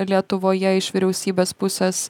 lietuvoje iš vyriausybės pusės